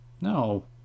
No